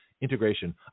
integration